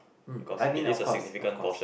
hmm I mean of course of course